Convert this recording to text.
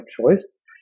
choice